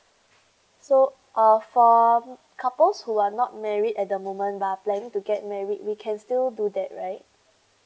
so uh for couples who are not married at the moment but are planning to get married we can still do that right